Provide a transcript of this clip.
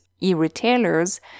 e-retailers